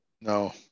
No